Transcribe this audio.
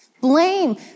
Blame